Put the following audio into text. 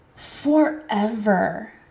forever